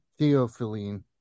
theophylline